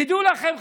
תדעו לכם,